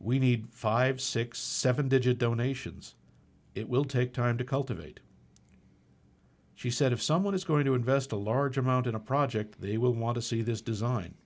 we need five six seven digit donations it will take time to cultivate she said if someone is going to invest a large amount in a project they will want to see this design